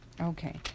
Okay